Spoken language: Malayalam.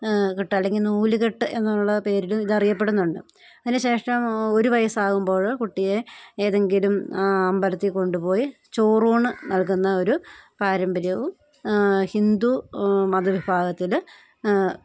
കെട്ട് അല്ലെങ്കില് നൂലുകെട്ട് എന്നുള്ള പേരിലും ഇതറിയപ്പെടുന്നുണ്ട് അതിനുശേഷം ഒരു വയസ്സാകുമ്പോള് കുട്ടിയെ ഏതെങ്കിലും അമ്പലത്തില് കൊണ്ടുപോയി ചോറൂണ് നൽകുന്ന ഒരു പാരമ്പര്യവും ഹിന്ദു മതവിഭാഗത്തില്